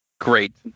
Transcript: great